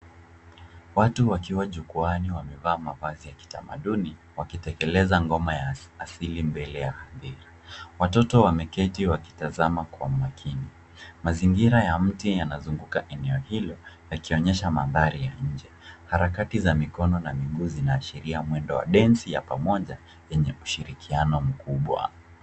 Watu wakiwa jukwani wamevaa mavazi ya kitamaduni wakitekeleza ngoma ya asili mbele ya hadhira. Watoto wameketi wakitazama kwa makini. Mazingira ya miti yanazunguka eneo hilo yakionyesha madhari ya nje. Harakati za mikono na miguu zinaashiria mwendo wa densi ya pamoja enye ushirikiano mkubwa.